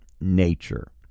nature